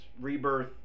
rebirth